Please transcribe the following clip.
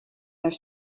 their